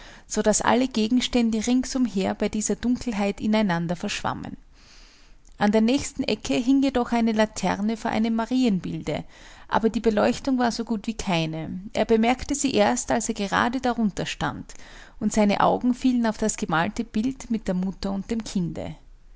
dick sodaß alle gegenstände ringsumher bei dieser dunkelheit in einander verschwammen an der nächsten ecke hing jedoch eine laterne vor einem marienbilde aber die beleuchtung war so gut wie keine er bemerkte sie erst als er gerade darunter stand und seine augen fielen auf das gemalte bild mit der mutter und dem kinde